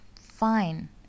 Fine